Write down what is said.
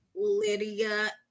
Lydia